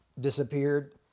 disappeared